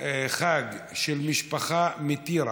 חג של משפחה מטירה,